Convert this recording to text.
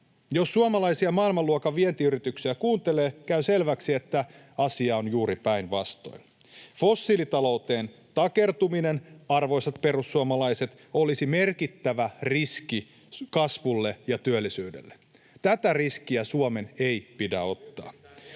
Jos suomalaisia maailmanluokan vientiyrityksiä kuuntelee, käy selväksi, että asia on juuri päinvastoin. Fossiilitalouteen takertuminen — arvoisat perussuomalaiset — olisi merkittävä riski kasvulle ja työllisyydelle. Tätä riskiä Suomen ei pidä ottaa.